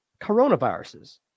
coronaviruses